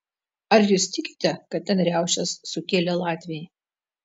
ar jūs tikite kad ten riaušes sukėlė latviai